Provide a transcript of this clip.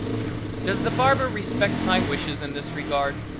does the barber respect my wishes in this regard?